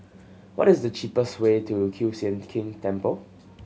what is the cheapest way to Kiew Sian King Temple